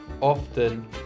often